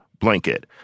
blanket—